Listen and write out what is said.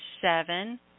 seven